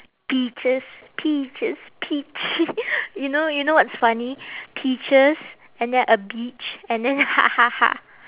peaches peaches peach you know you know what's funny peaches and then a beach and then ha ha ha